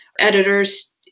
editors